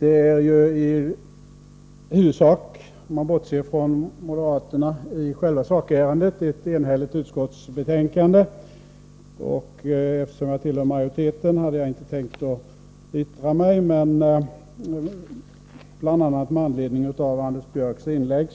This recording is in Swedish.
Herr talman! Om man bortser från moderaternas avvikande uppfattning i själva sakärendet är det ett i huvudsak enhälligt utskottsbetänkande. Eftersom jag tillhör majoriteten hade jag inte tänkt yttra mig, men bl.a. med anledning av Anders Björcks inlägg